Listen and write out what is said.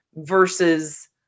Versus